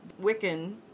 Wiccan